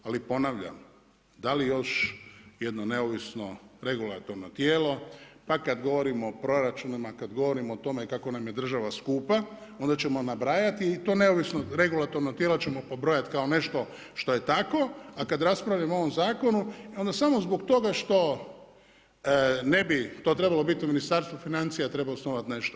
Ali ponavljam da li još jedno neovisno regulatorno tijelo, pa kad govorimo o proračunima, kad govorimo o tome kako nam je država skupa, onda ćemo nabrajati i to neovisno regulatorno tijelo ćemo pobrojati kao nešto što je tako, a kad raspravljamo o ovom zakonu e onda samo zbog toga što ne bi to trebalo biti u Ministarstvu financija treba osnovati nešto.